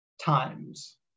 times